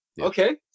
Okay